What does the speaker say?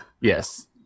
Yes